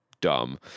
dumb